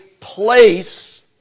place